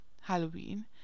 Halloween